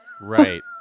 Right